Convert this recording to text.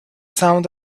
sound